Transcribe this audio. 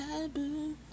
taboo